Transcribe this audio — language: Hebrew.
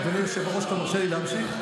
אדוני היושב-ראש, אתה מרשה לי להמשיך?